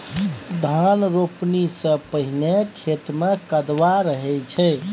धान रोपणी सँ पहिने खेत मे कदबा रहै छै